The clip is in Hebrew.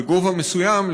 בגובה מסוים,